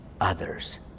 others